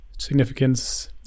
significance